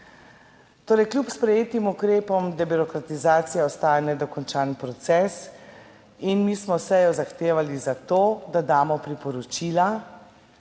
Torej kljub sprejetim ukrepom debirokratizacija ostaja nedokončan proces. In mi smo sejo zahtevali za to, da damo priporočila.